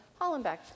Hollenbeck